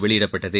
வெளியிடப்பட்டது